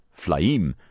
Flaim